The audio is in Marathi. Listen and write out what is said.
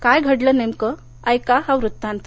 काय घडलं नेमकं ऐका हा वृत्तांत